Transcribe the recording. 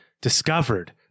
discovered